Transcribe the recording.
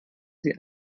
sie